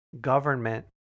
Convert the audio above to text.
government